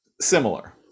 similar